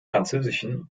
französischen